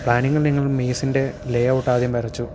planning ഞങ്ങൾ മെയ്സിൻ്റെ layout ആദ്യം വരച്ചു